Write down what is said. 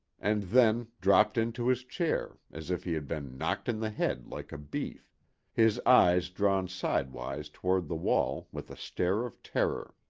and then dropped into his chair, as if he had been knocked in the head like a beef his eyes drawn sidewise toward the wall, with a stare of terror.